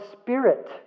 spirit